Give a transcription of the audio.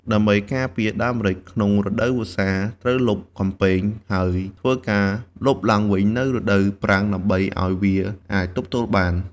ដើម្បីការពារដើមម្រេចក្នុងរដូវវស្សា ត្រូវលប់កំពែងហើយធ្វើការលប់ឡើងវិញនៅរដូវប្រាំងដើម្បីឱ្យវាអាចទប់ទល់បាន។